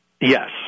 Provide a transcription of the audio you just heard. Yes